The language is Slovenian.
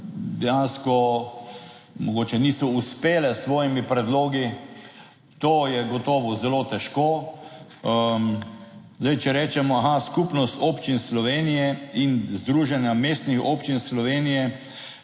dejansko mogoče niso uspele s svojimi predlogi, to je gotovo zelo težko. Zdaj, če rečemo, aha, Skupnost občin Slovenije in Združenja mestnih občin Slovenije,